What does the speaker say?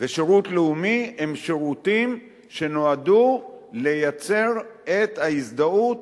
ושירות לאומי הם שירותים שנועדו לייצר את ההזדהות